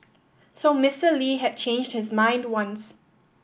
so Mister Lee had changed his mind once